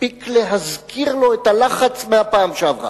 מספיק להזכיר לו את הלחץ מהפעם שעברה.